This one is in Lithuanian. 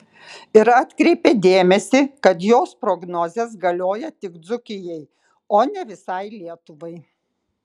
ir atkreipė dėmesį kad jos prognozės galioja tik dzūkijai o ne visai lietuvai